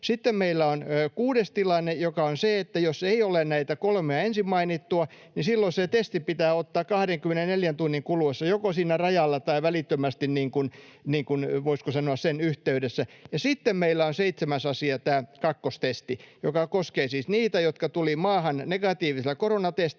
Sitten meillä on kuudes tilanne, joka on se, että jos ei ole näitä kolmea ensin mainittua, niin silloin se testi pitää ottaa 24 tunnin kuluessa joko siinä rajalla tai välittömästi, voisiko sanoa, sen yhteydessä. Ja sitten meillä on seitsemäs asia tämä kakkostesti, joka koskee siis niitä, jotka tulivat maahan negatiivisella koronatestillä